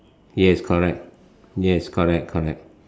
yes correct yes correct correct